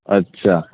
अच्छा